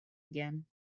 again